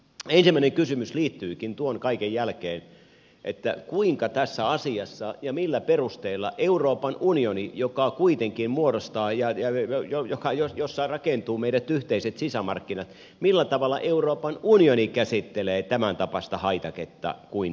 ensimmäinen kysymys liittyykin tuon kaiken jälkeen siihen kuinka tässä asiassa ja millä perusteilla euroopan unioni joka kuitenkin muodostaa ja jossa rakentuvat meidän yhteiset sisämarkkinamme käsittelee tämäntapaista haitaketta kuin tupakka